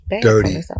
dirty